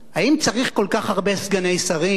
האם צריך כל כך הרבה סגני שרים,